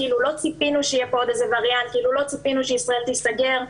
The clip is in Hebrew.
כאילו לא ציפינו שיהיה כאן עוד איזה וריאנט ולא ציפינו שישראל תיסגר.